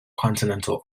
continental